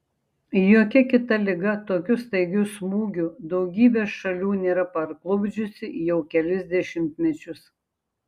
jokia kita liga tokiu staigiu smūgiu daugybės šalių nėra parklupdžiusi jau kelis dešimtmečius